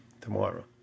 tomorrow